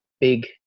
big